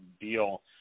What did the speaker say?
deal